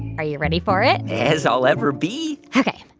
are you ready for it? as i'll ever be ok.